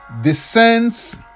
descends